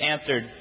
answered